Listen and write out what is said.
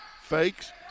fakes